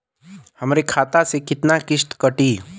हमरे खाता से कितना किस्त कटी?